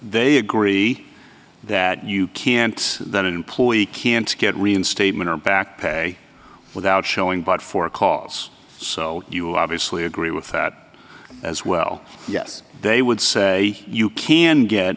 they agree that you can't that an employee can't get reinstatement or back pay without showing but for cause so you obviously agree with that as well yes they would say you can get